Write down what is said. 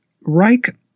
Reich